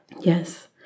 Yes